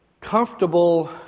comfortable